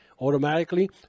automatically